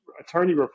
attorney